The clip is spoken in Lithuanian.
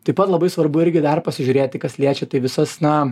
taip pat labai svarbu irgi dar pasižiūrėti kas liečia tai visas na